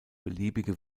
beliebige